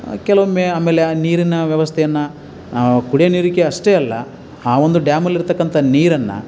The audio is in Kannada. ಕೆಲವೊಮ್ಮೆ ಆಮೇಲೆ ಆ ನೀರಿನ ವ್ಯವಸ್ಥೆಯನ್ನು ಕುಡಿಯೋ ನೀರಿಗೆ ಅಷ್ಟೇ ಅಲ್ಲ ಆ ಒಂದು ಡ್ಯಾಮಲ್ಲಿ ಇರತಕ್ಕಂಥ ನೀರನ್ನು